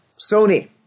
Sony